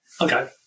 Okay